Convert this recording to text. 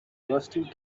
rusty